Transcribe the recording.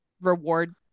reward